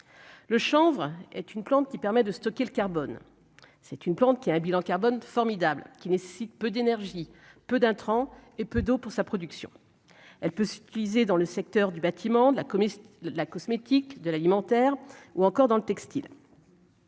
le chanvre est une plante qui permet de stocker le carbone c'est une plante qui a un bilan carbone formidables qui nécessite peu d'énergie, peu d'intrants et peu d'eau pour sa production, elle peut s'utiliser dans le secteur du bâtiment de la commission de la cosmétique de l'alimentaire ou encore dans le textile.